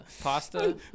Pasta